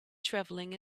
traveling